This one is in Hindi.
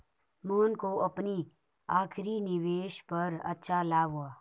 मोहन को अपनी आखिरी निवेश पर अच्छा लाभ हुआ